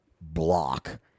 block